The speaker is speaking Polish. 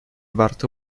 warto